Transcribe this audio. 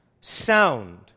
sound